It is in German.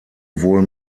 wohl